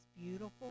beautiful